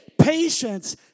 Patience